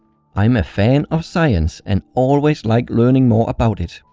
i'm a fan of science and always like learning more about it.